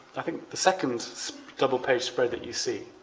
i think, the second double page spread that you see.